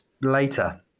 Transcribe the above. later